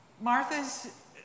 Martha's